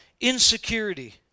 insecurity